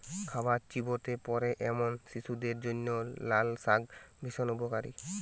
খাবার চিবোতে পারে এমন শিশুদের জন্য লালশাক ভীষণ উপকারী